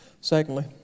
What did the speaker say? Secondly